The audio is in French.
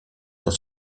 sont